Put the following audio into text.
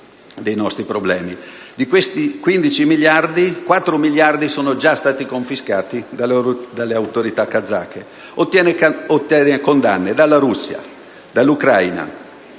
Di questi 15 miliardi, 4 miliardi sono stati già confiscati dalle autorità kazake. Ottiene condanne dalla Russia, dall'Ucraina